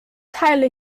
teile